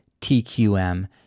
TQM